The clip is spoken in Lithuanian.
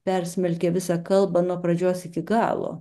persmelkė visą kalbą nuo pradžios iki galo